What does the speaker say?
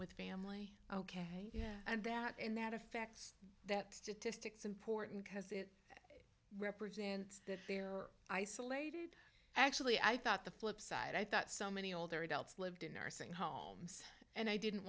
with family ok yeah and that in that effect that statistics important because it represents that they are isolated actually i thought the flipside i thought so many older adults lived in nursing homes and i didn't